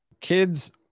kids